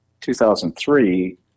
2003